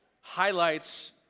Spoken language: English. highlights